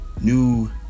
new